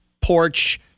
porch